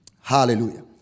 Hallelujah